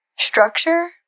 structure